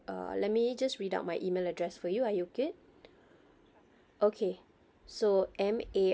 uh let me just read out my email address for you are you good okay so M A